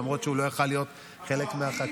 למרות שהוא לא יכול להיות חלק מהחקיקה,